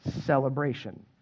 celebration